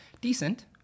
decent